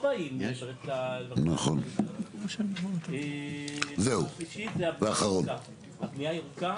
--- דבר שלישי זה הבנייה הירוקה.